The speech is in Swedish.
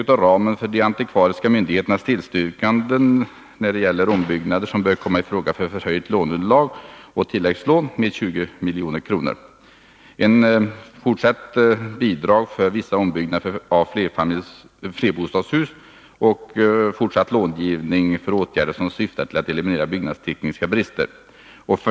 Att ramen för de antikvariska myndigheternas tillstyrkanden av sådana ombyggnader som bör komma ii fråga för förhöjt låneunderlag och tilläggslån vidgas med 20 000 000 kr. för år 1982. 4. Fortsatt långivning för åtgärder som syftar till att eliminera byggnadstekniska brister.